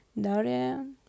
Daria